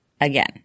Again